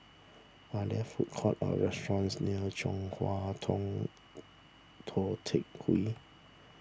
are there food courts or restaurants near Chong Hua Tong Tou Teck Hwee